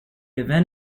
event